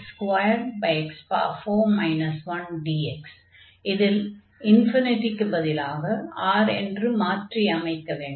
22x2x4 1dx இதில் க்குப் பதிலாக R என்று மாற்றி அமைக்க வேண்டும்